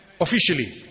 officially